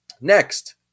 next